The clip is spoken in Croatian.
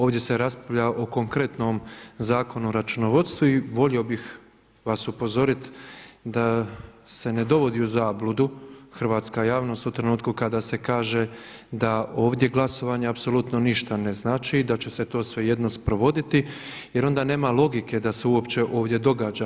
Ovdje se raspravlja o konkretnom Zakonu o računovodstvu i volio bih vas upozorit da se ne dovodi u zabludu hrvatska javnost u trenutku kada se kaže da ovdje glasovanje apsolutno ništa ne znači i da će se to svejedno sprovoditi jer onda nema logike da se uopće ovdje događa.